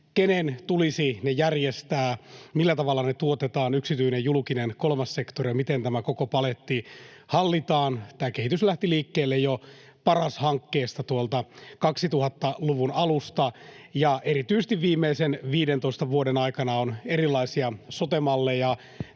Kenen tulisi ne järjestää? Millä tavalla ne tuotetaan, yksityinen, julkinen, kolmas sektori? Miten tämä koko paletti hallitaan? Tämä kehitys lähti liikkeelle jo Paras-hankkeesta tuolta 2000-luvun alusta, ja erityisesti viimeisen 15 vuoden aikana ovat erilaisia sote-malleja